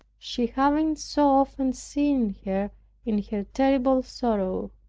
she having so often seen her in her terrible sorrow.